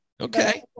Okay